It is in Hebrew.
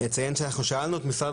אני אציין שאנחנו באמת שאלנו את משרד